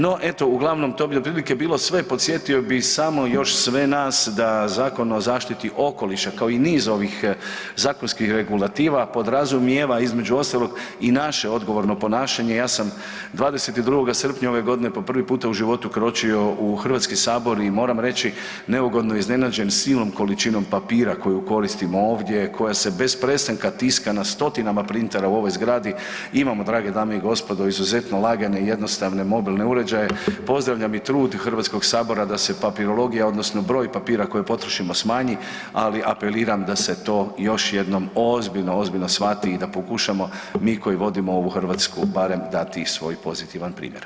No, eto to bi uglavnom bilo otprilike sve, podsjetio bih samo još sve nas da Zakon o zaštiti okoliša kao i niz ovih zakonskih regulativa podrazumijeva između ostalog i naše odgovorno ponašanje, ja sam 22. srpnja ove godine po prvi puta u životu kročio u Hrvatski sabor i moram reći neugodno iznenađen silnom količinom papira koju koristimo ovdje koja se bez prestanka tiska na 100-tinama printera u ovoj zgradi, imamo drage dame i gospodo izuzetno lagane i jednostavne mobilne uređaje, pozdravljam i trud Hrvatskog sabora da se papirologija odnosno broj papira koji potrošimo smanji, ali apeliram d se to još jednom ozbiljno, ozbiljno shvati i da pokušamo mi koji vodimo ovu Hrvatsku barem dati i svoj pozitivan primjer.